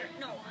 No